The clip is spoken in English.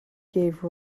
gave